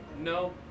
no